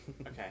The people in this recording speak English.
Okay